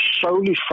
solely